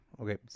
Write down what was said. Okay